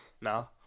No